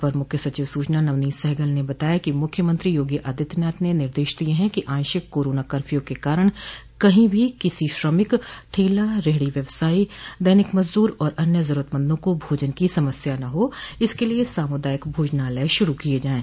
अपर मुख्य सचिव सूचना नवनीत सहगल ने बताया कि मुख्यमंत्री योगी आदित्यनाथ ने निदेश दिये है कि आंशिक कोरोना कर्फ्यू के कारण कही भी किसी श्रमिक ठेला रेहड़ी व्यवसायी दैनिक मजदूर व अन्य जरूरतमदों को भोजन की समस्या न हो इसके लिये सामुदायिक भोजनालय शुरू किये जायें